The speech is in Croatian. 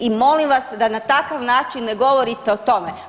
I molim vas da na takav način ne govorite o tome.